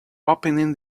opening